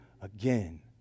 again